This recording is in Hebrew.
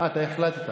אתה החלטת?